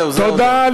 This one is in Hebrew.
תודה.